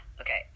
Okay